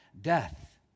death